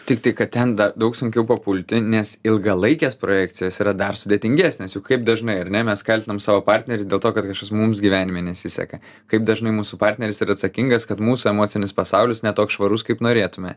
tiktai kad ten dar daug sunkiau papulti nes ilgalaikės projekcijos yra dar sudėtingesnės juk kaip dažnai ar ne mes kaltinam savo partnerį dėl to kad kažkas mums gyvenime nesiseka kaip dažnai mūsų partneris yra atsakingas kad mūsų emocinis pasaulis ne toks švarus kaip norėtume